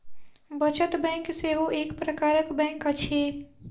बचत बैंक सेहो एक प्रकारक बैंक अछि